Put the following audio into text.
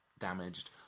Damaged